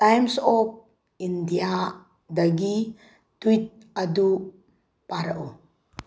times of ꯏꯟꯗꯤꯌꯥꯗꯒꯤ tweet ꯑꯗꯨ ꯄꯥꯔꯛꯎ